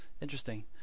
Interesting